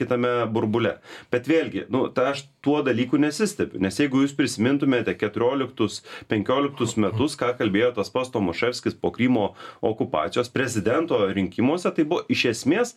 kitame burbule bet vėlgi nu ta aš tuo dalyku nesistebiu nes jeigu jūs prisimintumėte keturioliktus penkioliktus metus ką kalbėjo tas pats tomaševskis po krymo okupacijos prezidento rinkimuose tai buvo iš esmės